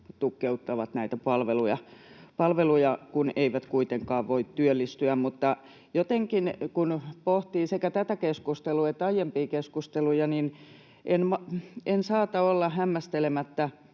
tukkeuttavat näitä palveluja, kun eivät kuitenkaan voi työllistyä. Mutta kun pohtii sekä tätä keskustelua että aiempia keskusteluja, niin en saata olla hämmästelemättä